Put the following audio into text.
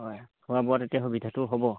হয় খোৱা বোৱা তেতিয়া সুবিধাটো হ'ব